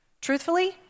Truthfully